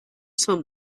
swim